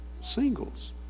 Singles